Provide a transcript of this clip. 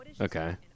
Okay